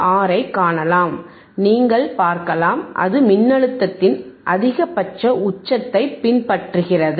6 ஐக் காணலாம் நீங்கள் பார்க்கலாம் அது மின்னழுத்தத்தின் அதிகபட்ச உச்சத்தை பின்பற்றுகிறது